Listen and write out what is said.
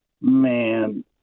Man